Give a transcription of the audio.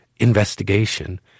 Investigation